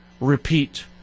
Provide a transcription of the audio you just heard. repeat